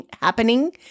happening